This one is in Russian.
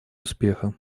успеха